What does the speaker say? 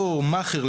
אותו מאכער,